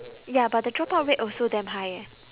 ya but the dropout rate also damn high eh